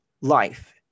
life